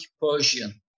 Persian